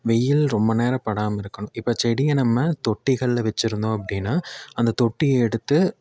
வெயில் ரொம்ப நேரம் படாமல் இருக்கணும் இப்போ செடிங்க நம்ம தொட்டிகளில் வச்சுருந்தோம் அப்டின்னா அந்த தொட்டியை எடுத்து